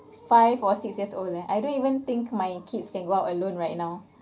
five or six years old leh I don't even think my kids can go out alone right now